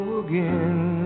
again